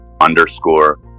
underscore